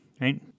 right